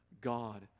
God